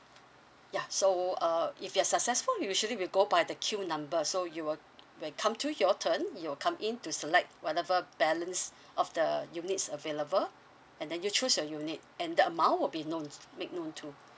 ya so uh if you're successful usually we go by the queue number so you will when it come to your turn you'll come in to select whatever balance of the unit is available and then you choose a unit and the amount would be known make known to